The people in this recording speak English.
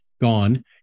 gone